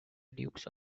dukes